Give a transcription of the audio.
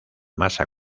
masa